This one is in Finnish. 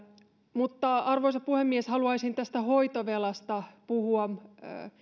mutta arvoisa puhemies haluaisin tästä hoitovelasta puhua